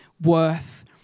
worth